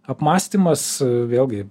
apmąstymas vėlgi